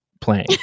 playing